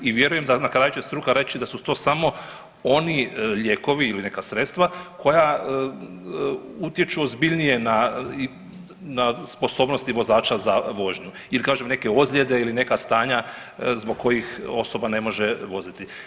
I vjerujem na kraju će struka reći da su to samo oni lijekovi ili neka sredstva koja utječu ozbiljnije na sposobnosti vozača za vožnju ili kažem neke ozljede ili neka stanja zbog kojih osoba ne može voziti.